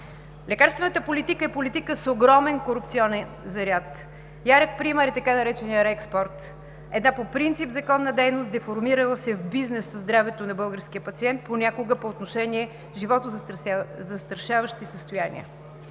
Лекарствената политика е политика с огромен корупционен заряд. Ярък пример е така нареченият „реекспорт“ – една по принцип законна дейност, деформирала се в бизнес със здравето на българския пациент понякога по отношение животозастрашаващи състояния.